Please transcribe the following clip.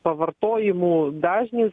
pavartojimų dažnis